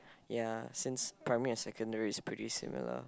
ya since primary and secondary is pretty similar